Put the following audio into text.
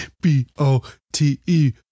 b-o-t-e